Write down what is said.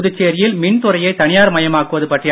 புதுச்சேரியில் மின்துறையை தனியார் மயமாக்குவது பற்றிய